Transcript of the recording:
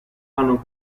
hanno